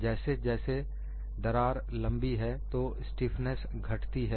जैसे जैसे दरार लंबी है तो स्टीफनेस घटती है